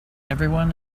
everyone